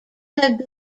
have